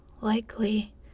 likely